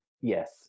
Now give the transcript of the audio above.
Yes